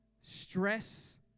stress